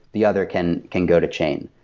the other can can go to chain.